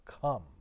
come